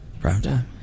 Primetime